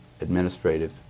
administrative